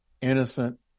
innocent